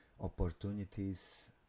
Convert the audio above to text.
opportunities